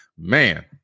Man